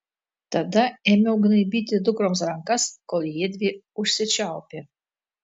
tada ėmiau gnaibyti dukroms rankas kol jiedvi užsičiaupė